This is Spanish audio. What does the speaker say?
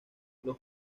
los